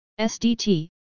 SDT